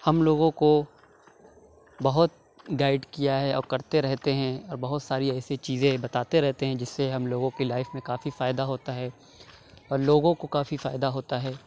ہم لوگوں کو بہت گائیڈ کیا ہے اور کرتے رہتے ہیں اور بہت ساری ایسی چیزیں بتاتے رہتے ہیں جس سے ہم لوگوں کی لائف میں کافی فائدہ ہوتا ہے اور لوگوں کو کافی فائدہ ہوتا ہے